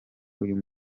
uyu